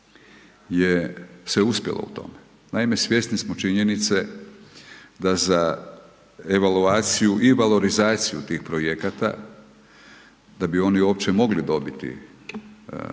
je, se uspjelo u tome. Naime svjesni smo činjenice da za evaluaciju i valorizaciju tih projekata, da bi oni uopće mogli dobiti